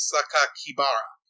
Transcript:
Sakakibara